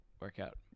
workout